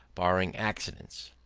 barring accidents.